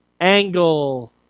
Angle